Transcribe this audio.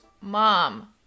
Mom